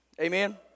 Amen